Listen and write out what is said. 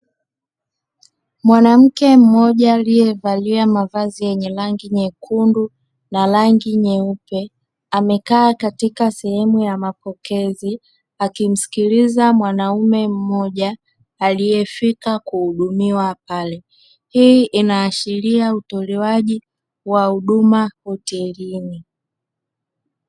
Mwanamke mmoja aliyevalia mavazi yenye rangi nyekundu na rangi nyeupe, amekaa katika sehemu ya mapokezi akimsikiliza mwanaume mmoja, aliyefika kuhudumiwa pale. Hii inaashiria utolewaji wa huduma hotelini.